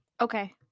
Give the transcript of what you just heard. okay